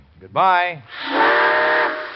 goodbye